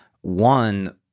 one